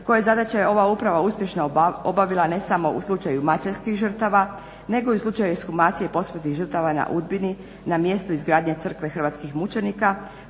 koje zadaće je ova uprava uspješno obavila ne samo u slučaju maceljskih žrtava, nego i u slučaju ekshumacije posmrtnih žrtava na Udbini, na mjestu izgradnje crkve Hrvatskih mučenika,